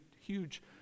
huge